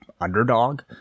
Underdog